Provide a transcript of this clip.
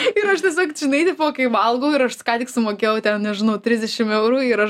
ir aš tiesiog žinai tipo kai valgau ir ką tik sumokėjau ten nežinau trisdešim eurų ir aš